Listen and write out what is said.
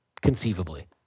conceivably